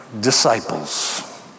disciples